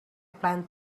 plan